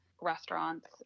restaurants